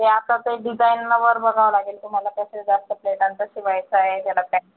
ते आता ते डिजाइनवर बघावं लागेल तुम्हाला कसं जास्त प्लेटांचं शिवायचं आहे त्याला काय